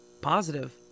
Positive